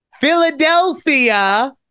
Philadelphia